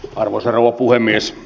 arvoisa puhemies